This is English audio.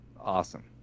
awesome